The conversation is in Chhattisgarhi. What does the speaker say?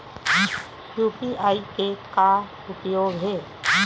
यू.पी.आई के का उपयोग हे?